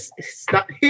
stop